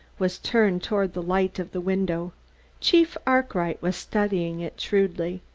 was turned toward the light of the window chief arkwright was studying it shrewdly.